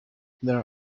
there